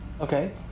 Okay